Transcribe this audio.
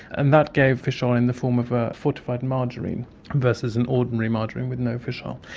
and that gave fish oil in the form of a fortified margarine versus an ordinary margarine with no fish oil.